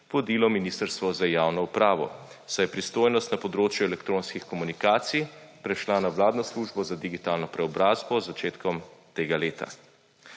vodilo Ministrstvo za javno upravo, saj je pristojnost na področju elektronskih komunikacij prešla na vladno službo za digitalno preobrazbo z začetkom tega leta.